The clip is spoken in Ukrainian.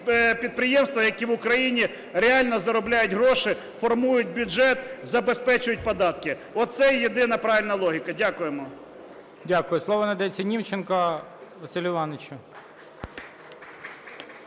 підприємства, які в Україні реально заробляють гроші, формують бюджет, забезпечують податки. Оце єдина правильна логіка. Дякуємо. ГОЛОВУЮЧИЙ. Дякую. Слово надається Німченко Василю Івановичу.